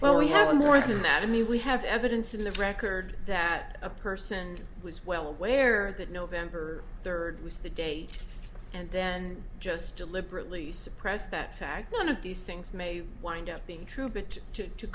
well we have and more than that i mean we have evidence in the record that a person was well aware that november third was the date and then just deliberately suppressed that fact none of these things may wind up being true but to